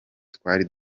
twari